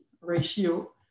ratio